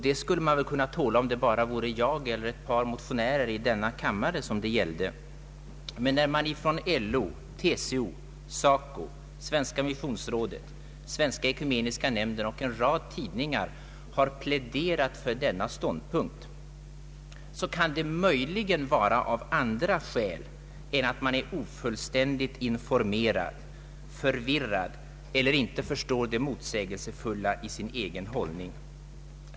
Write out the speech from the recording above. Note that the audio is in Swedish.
Det skulle jag väl kunna tåla om det bara gällde mig eller några motionärer i denna kammare. Men när det från TCO, SACO, Svenska missionsrådet, Svenska ekumeniska nämnden och en rad tidningar har pläderats för denna ståndpunkt, kan det möjligen föreligga andra skäl än att man är ofullständigt informerad, förvirrad eller inte förstår det motsägelsefulla i sin egen hållning.